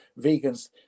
vegans